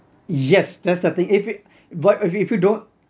yes that's the thing if it what if if you don't